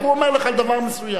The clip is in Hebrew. רק הוא אומר לך דבר מסוים.